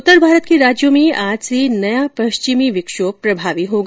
उत्तर भारत के राज्यों में आज से नया पश्चिमी विक्षोभ प्रभावी होगा